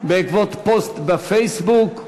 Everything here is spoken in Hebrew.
בעקבות פוסט בפייסבוק,